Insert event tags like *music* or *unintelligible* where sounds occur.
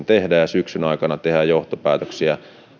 *unintelligible* tehdään ja syksyn aikana tehdään johtopäätöksiä